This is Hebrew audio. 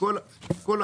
תתייחס אל